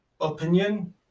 opinion